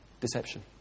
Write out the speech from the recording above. Deception